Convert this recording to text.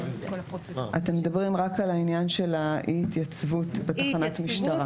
אתם מדברים רק על העניין של אי התייצבות בתחנת משטרה.